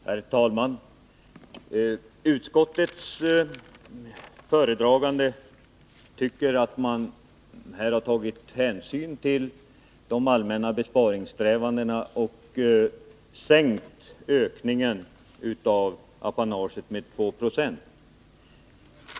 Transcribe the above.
Herr talman! Utskottets talesman tycker att man här har tagit hänsyn till de allmänna besparingssträvandena och sänkt ökningen av apanaget med 2 96.